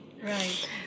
Right